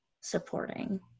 supporting